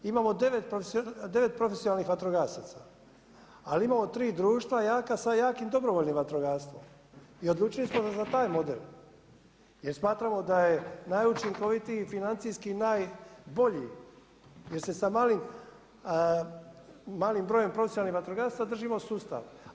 Imamo 9 profesionalnih vatrogasaca, ali imamo 3 društva jaka sa jakim dobrovoljnim vatrogastvom i odlučili smo se za taj model jer smatramo da je najučinkovitiji i financijski najbolji jer se sa malim brojem profesionalnih vatrogasaca držimo sustava.